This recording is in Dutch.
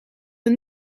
een